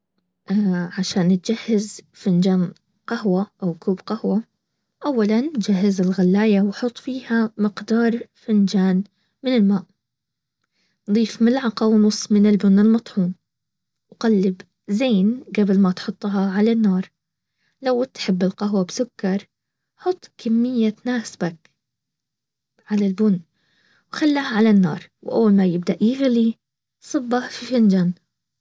عشان يجهز فنجان قهوة او كوب قهوة اولا جهز الغلاية وحط فيها مقدار فنجان من الماء، نضيف ملعقة ونص من البن المطحون، اقلب زين قبل ما تحطها على النار لو تحب القهوة بسكر حط كمية تناسبك على البن وخلها على النار واول ما يبدأ يغلي صبة في فنجان